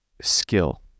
skill